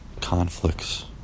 conflicts